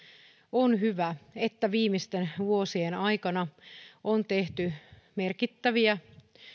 on hyvä että viimeisten vuosien aikana on tehty merkittäviä